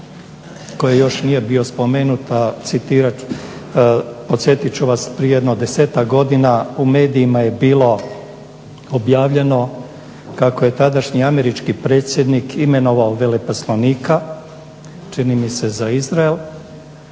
koji još nije bio spomenut, a citirat ću, podsjetit ču vas prije jedno desetak godina u medijima je bilo objavljeno kako je tadašnji američki predsjednik imenovao veleposlanika čini mi se za Izrael